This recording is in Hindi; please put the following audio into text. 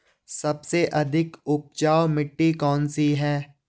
सबसे अधिक उपजाऊ मिट्टी कौन सी है?